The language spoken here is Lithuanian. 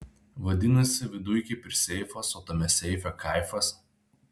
vadinasi viduj kaip ir seifas o tame seife kaifas